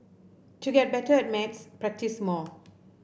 to get better at maths practise more